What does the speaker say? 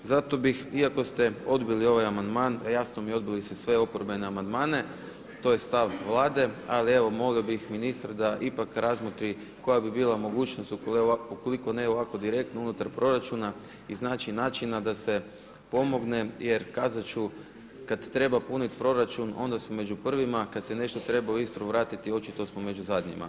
Zato bih iako ste odbili ovaj amandman, a jasno mi je odbili ste sve oporbe amandmane, to je stav Vlade ali evo molio bi ministra da ipak razmotri koja bi bila mogućnost ukoliko ne ovako direktno unutar proračuna iznaći načina da se pomogne jer kazat ću kad treba puniti proračun onda smo među prvima, a kada se nešto treba u Istru vratiti očito smo među zadnjima.